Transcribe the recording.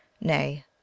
Nay